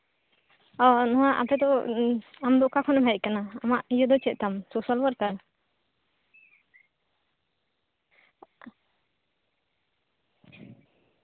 ᱟᱨ ᱱᱚᱣᱟ ᱟᱛᱳ ᱫᱚ ᱟᱢ ᱫᱚ ᱚᱠᱟ ᱠᱷᱚᱱᱮᱢ ᱦᱮᱡ ᱟᱠᱟᱱᱟ ᱟᱢᱟᱜ ᱤᱭᱟᱹ ᱫᱚ ᱪᱮᱫ ᱛᱟᱢ ᱥᱳᱥᱟᱞ ᱚᱣᱟᱨᱠᱟᱨ